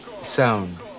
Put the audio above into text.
sound